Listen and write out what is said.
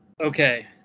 Okay